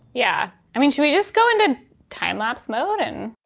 yeah. i mean, should we just go into time-lapse mode and?